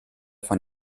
von